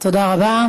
תודה רבה.